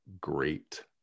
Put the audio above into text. great